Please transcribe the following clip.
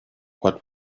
what